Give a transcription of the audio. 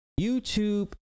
YouTube